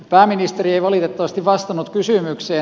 pääministeri ei valitettavasti vastannut kysymykseen